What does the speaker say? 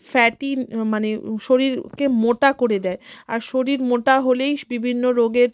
fatty মানে শরীরকে মোটা করে দেয় আর শরীর মোটা হলেই বিভিন্ন রোগের